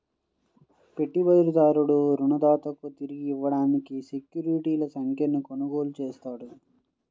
పెట్టుబడిదారుడు రుణదాతకు తిరిగి ఇవ్వడానికి సెక్యూరిటీల సంఖ్యను కొనుగోలు చేస్తాడు